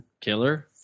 killer